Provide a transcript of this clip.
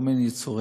בכל מיני ייצורים.